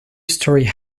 story